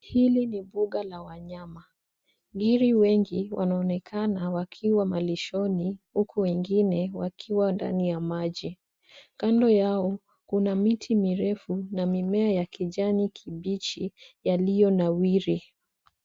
Hili ni mbuga la wanyama ngiri wengi wanonekana wakiwa malishoni huku wengine wakiwa ndani ya maji kando yao kuna miti mirefu na mimea ya kijani kibichi yaliyonawiri.